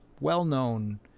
well-known